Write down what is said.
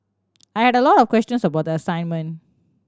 I had a lot of questions about the assignment